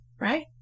right